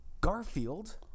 Garfield